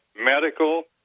medical